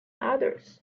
others